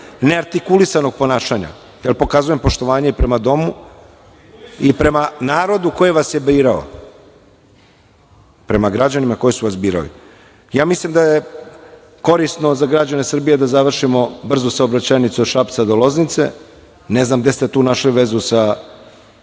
neartikulisanog ponašanja, jer pokazujem poštovanje prema domu i prema narodu koji vas je birao, prema građanima koji su vas birali. Mislim da je korisno za građane Srbije da završimo brzu saobraćajnicu od Šapca do Loznice. Ne znam gde ste tu našli vezu sa